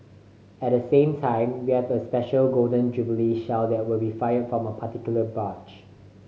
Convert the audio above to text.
at the same time we have a special Golden Jubilee Shell that will be fired from one particular barge